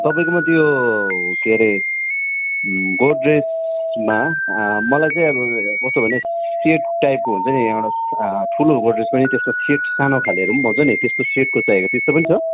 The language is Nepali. तपाईँकोमा त्यो के अरे गोद्रेजमा मलाई चाहिँ अब कस्तो भने सेट टाइपको हुन्छ नि एउटा ठुलो गोद्रेज पनि त्यस्तो सेट सानो खालेहरू पनि पाउँछ नि त्यस्तो सेटको चाहिएको थियो त्यस्तो पनि छ